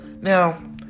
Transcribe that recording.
Now